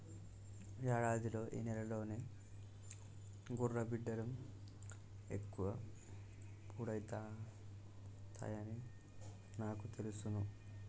యాడాదిలో ఈ నెలలోనే గుర్రబిడ్డలు ఎక్కువ పుడతాయని నాకు తెలుసును